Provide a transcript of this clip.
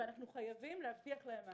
אנחנו חייבים להבטיח להם מענה.